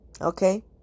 Okay